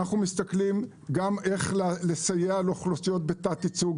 אנחנו מסתכלים גם איך אפשר לסייע לאוכלוסיות בתת-ייצוג,